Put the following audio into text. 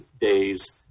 days